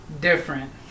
different